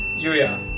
yuya